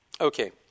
Okay